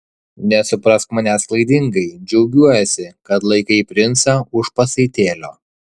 nesuprask manęs klaidingai džiaugiuosi kad laikai princą už pasaitėlio